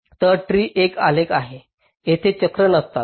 तर ट्री हा एक आलेख आहे जेथे चक्र नसतात